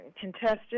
contested